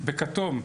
בכתום,